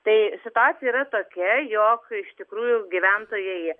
tai situacija yra tokia jog iš tikrųjų gyventojai